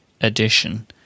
edition